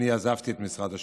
אני עזבתי את משרד השיכון.